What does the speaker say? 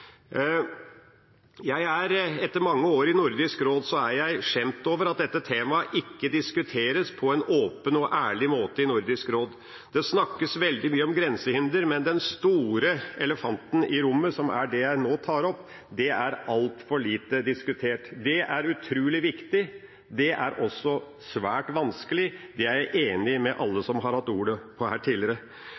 Jeg er etter mange år i Nordisk råd beskjemmet over at dette temaet ikke diskuteres på en åpen og ærlig måte i Nordisk råd. Det snakkes veldig mye om grensehinder, men den store elefanten i rommet, som er det jeg nå tar opp, er altfor lite diskutert. Det er utrolig viktig, det er også svært vanskelig – der er jeg enig med alle som har hatt ordet her tidligere.